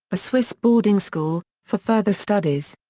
a swiss boarding school, for further studies.